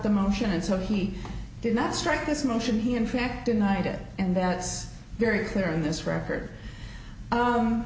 the motion and so he did not start this motion he in fact denied it and that's very clear in this record